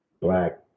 black